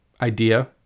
idea